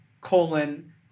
colon